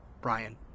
Brian